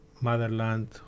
motherland